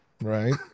right